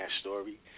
story